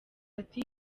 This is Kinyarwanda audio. ati